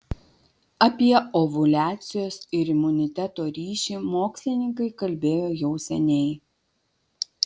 apie ovuliacijos ir imuniteto ryšį mokslininkai kalbėjo jau seniai